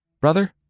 Brother